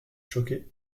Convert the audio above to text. choqué